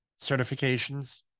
certifications